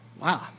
Wow